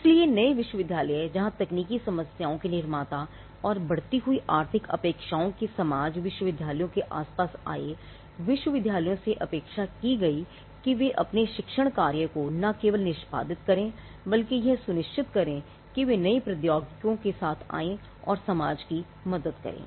इसलिए नए विश्वविद्यालय जहां तकनीकी समाधानों के निर्माता और बढ़ती हुई आर्थिक अपेक्षाओं के समाज विश्वविद्यालयों के आसपास आए विश्वविद्यालयों से अपेक्षा की गई कि वे अपने शिक्षण कार्य को न केवल निष्पादित करें बल्कि यह सुनिश्चित करें कि वे नई प्रौद्योगिकियों के साथ आएं और समाज की मदद करें